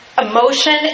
Emotion